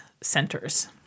centers